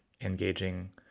engaging